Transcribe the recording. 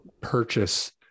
purchase